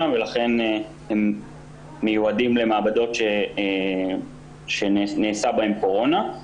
ולכן הם מיועדים למעבדות שנעשה בהן בדיקת קורונה.